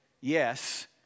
Yes